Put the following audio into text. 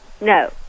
No